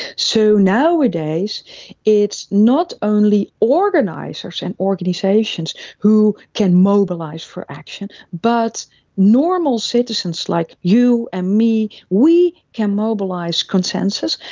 so nowadays it's not only organisers and organisations who can mobilise for action, but normal citizens like you and me, we can mobilise consensus,